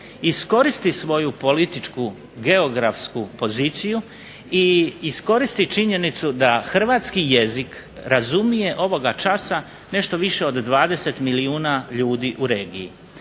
iskoristi svoju političku geografsku poziciju i iskoristi činjenicu da hrvatski jezik razumije ovoga časa nešto više od 20 milijuna u regiji.